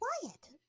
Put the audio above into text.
Quiet